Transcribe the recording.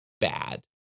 bad